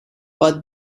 but